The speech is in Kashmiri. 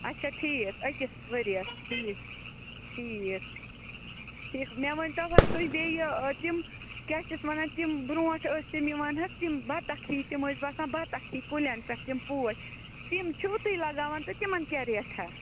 اَچھا ٹھیٖک أکِس ؤرۍیَس ٹھیٖک ٹھیٖک ٹھیٖک مےٚ ؤنۍ تو وۅںۍ تُہۍ بیٚیہِ یہِ تِم کیٛاہ چھِ اَتھ وَنان تِم برٛوںٹھ ٲسۍ تِم یِوان حظ تِم بطخ ہِوۍ تِم ٲسۍ باسان بطخ ہِوۍ کُلیٚن پیٚٹھ تِم پوش تِم چھِوٕ تُہۍ لگاوان تہٕ تِمن کیٛاہ ریٹھاہ